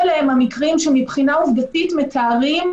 אנחנו חושבים שהיא פוגעת באוטונומיה של כל אזרחי מדינת ישראל,